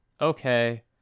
okay